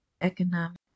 economic